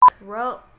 Bro